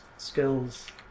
skills